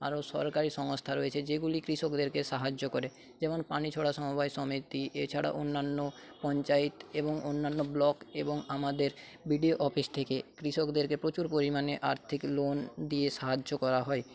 আরও সরকারি সংস্থা রয়েছে যেগুলি কৃষকদেরকে সাহায্য করে যেমন পানিছোড়া সমবায় সমিতি এছাড়া অন্যান্য পঞ্চায়েত এবং অন্যান্য ব্লক এবং আমাদের বি ডি ও অফিস থেকে কৃষকদেরকে প্রচুর পরিমাণে আর্থিক লোন দিয়ে সাহায্য করা হয়